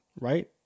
right